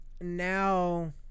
now